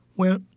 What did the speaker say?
well,